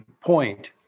point